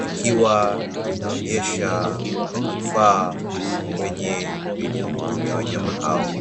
ikiwa inaonyesha manufaa kwenye miguu ya wanyama hao.